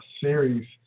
Series